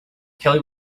kelly